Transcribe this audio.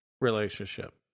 relationship